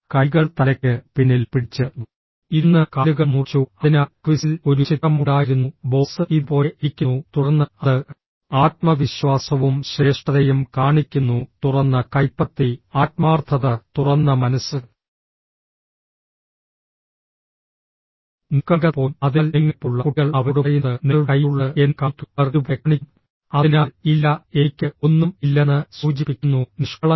കൈകൾ തലയ്ക്ക് പിന്നിൽ പിടിച്ച് ഇരുന്ന് കാലുകൾ മുറിച്ചു അതിനാൽ ക്വിസിൽ ഒരു ചിത്രം ഉണ്ടായിരുന്നു ബോസ് ഇതുപോലെ ഇരിക്കുന്നു തുടർന്ന് അത് ആത്മവിശ്വാസവും ശ്രേഷ്ഠതയും കാണിക്കുന്നു തുറന്ന കൈപ്പത്തി ആത്മാർത്ഥത തുറന്ന മനസ്സ് നിഷ്കളങ്കത പോലും അതിനാൽ നിങ്ങളെപ്പോലുള്ള കുട്ടികൾ അവരോട് പറയുന്നത് നിങ്ങളുടെ കയ്യിലുള്ളത് എന്നെ കാണിക്കൂ അവർ ഇതുപോലെ കാണിക്കും അതിനാൽ ഇല്ല എനിക്ക് ഒന്നും ഇല്ലെന്ന് സൂചിപ്പിക്കുന്നു നിഷ്കളങ്കത